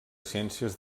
ciències